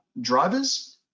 drivers